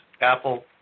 Apple